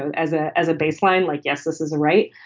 and as a as a baseline, like, yes, this is a right.